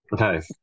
Okay